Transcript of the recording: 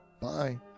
bye